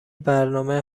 برنامه